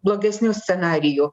blogesnių scenarijų